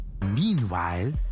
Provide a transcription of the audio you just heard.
meanwhile